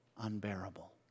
unbearable